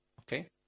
Okay